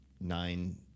nine